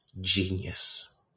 Genius